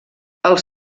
els